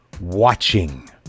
watching